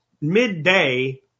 midday